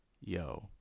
Yo